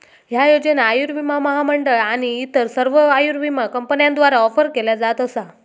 ह्या योजना आयुर्विमा महामंडळ आणि इतर सर्व आयुर्विमा कंपन्यांद्वारा ऑफर केल्या जात असा